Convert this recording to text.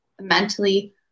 mentally